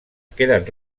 queden